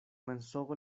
mensogo